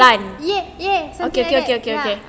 yes yes yes something like that